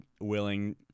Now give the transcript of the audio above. willing